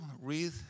read